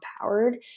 empowered